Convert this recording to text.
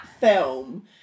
film